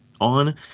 On